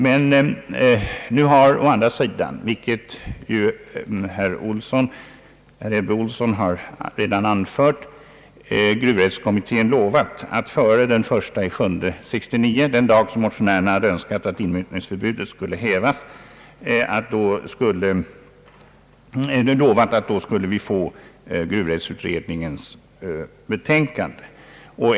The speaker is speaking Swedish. Men nu har å andra sidan — vilket ju herr Ebbe Ohlsson redan anfört — gruvrättskommittén lovat att före den 1 juli 1969 — den dag som motionärerna hade önskat att inmutningsförbudet skulle upphävas — framlägga sitt betänkande.